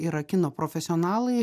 yra kino profesionalai